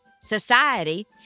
society